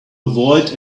avoid